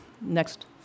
Next